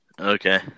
Okay